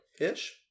Ish